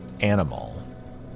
animal